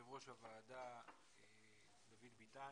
יושב ראש הוועדה דוד ביטן.